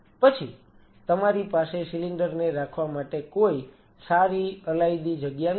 પછી તમારી પાસે સિલિન્ડર ને રાખવા માટે કોઈ સારી અલાયદી જગ્યા નથી